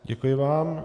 Děkuji vám.